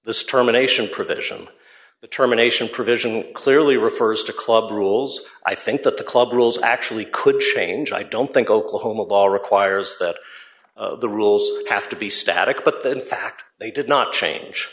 this terminations provision the terminations provision clearly refers to club rules i think that the club rules actually could change i don't think oklahoma law requires that the rules have to be static but that in fact they did not